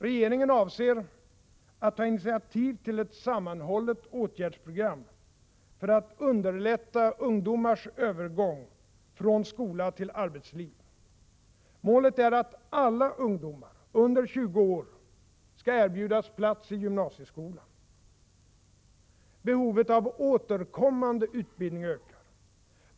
Regeringen avser att ta initiativ till ett sammanhållet åtgärdsprogram för att underlätta ungdomars övergång från skola till arbetsliv. Målet är att alla ungdomar under 20 år skall erbjudas plats i gymnasieskolan. Behovet av återkommande utbildning ökar.